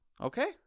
Okay